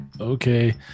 okay